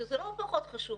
שזה לא פחות חשוב,